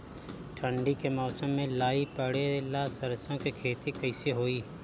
ठंडी के मौसम में लाई पड़े ला सरसो के खेती कइसे होई?